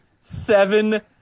seven